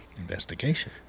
investigation